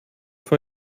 vor